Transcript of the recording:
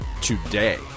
today